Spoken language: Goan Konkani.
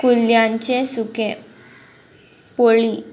कुल्ल्यांचे सुकें पोळी